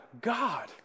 God